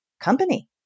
company